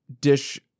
dish